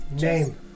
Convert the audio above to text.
Name